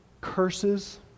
curses